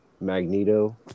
Magneto